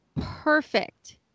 perfect